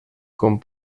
con